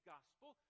Gospel